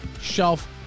shelf